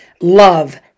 love